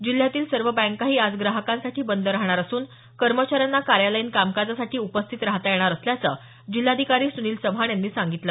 जिल्ह्यातील सर्व बँकाही आज ग्राहकांसाठी बंद राहणार असून कर्मचाऱ्यांना कार्यालयीन कामकाजासाठी उपस्थित राहता येणार असल्याचं जिल्हाधिकारी सुनील चव्हाण यांनी सांगितलं